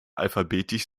alphabetisch